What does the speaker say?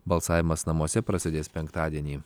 balsavimas namuose prasidės penktadienį